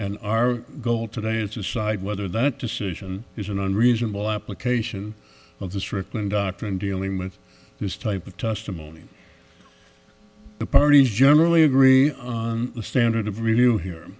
and our goal today is decide whether that decision is an unreasonable application of the strickland doctrine dealing with this type of testimony the parties generally agree the standard of review